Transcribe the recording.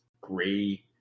gray